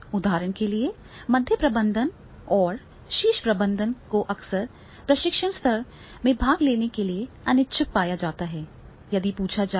उदाहरण के लिए मध्य प्रबंधन और शीर्ष प्रबंधन को अक्सर प्रशिक्षण सत्र में भाग लेने के लिए अनिच्छुक पाया जाता है यदि पूछा जाए